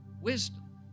Wisdom